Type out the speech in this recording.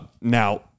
Now